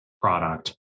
product